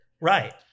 Right